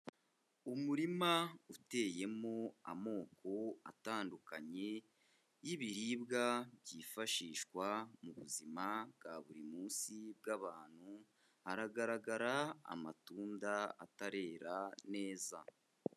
Umurima uteyemo amoko atandukanye y'ibiribwa byifashishwa mu buzima bwa buri munsi bw'abantu, haragaragara amatunda atarera neza.